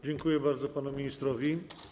Dziękuję bardzo panu ministrowi.